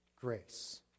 grace